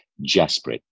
Jasper